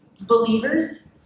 believers